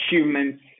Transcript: achievements